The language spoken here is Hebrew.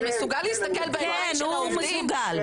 כן, הוא מסוגל.